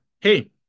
hey